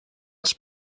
els